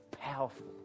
powerful